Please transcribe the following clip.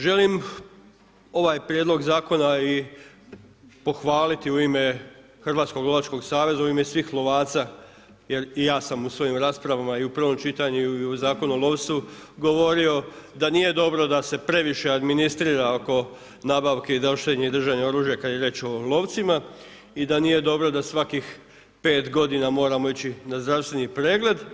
Želim ovaj Prijedlog zakona pohvaliti u ime Hrvatskog lovačkog saveza, u ime svih lovaca jer i ja sam u svojim raspravama i u prvom čitanju, i u Zakonu o lovstvu govorio da nije dobro da se previše administrira oko nabavke, nošenje i držanje oružja kada je riječ o lovcima i da nije dobro da svakih 5 godina moramo ići na zdravstveni pregled.